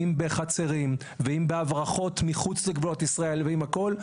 אם בחצרים ואם בהברחות מחוץ לגבולות ישראל והכול.